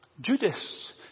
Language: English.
Judas